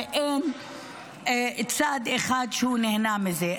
ואין צד אחד שהוא נהנה מזה.